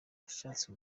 nashatse